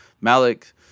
Malik